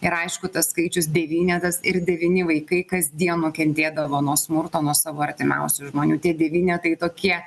ir aišku tas skaičius devynetas ir devyni vaikai kasdien nukentėdavo nuo smurto nuo savo artimiausių žmonių tie devynetai tokie